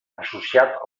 associat